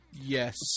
Yes